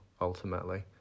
ultimately